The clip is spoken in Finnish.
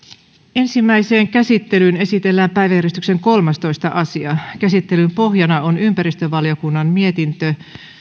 ensimmäiseen käsittelyyn esitellään päiväjärjestyksen kolmastoista asia käsittelyn pohjana on ympäristövaliokunnan mietintö